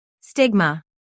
Stigma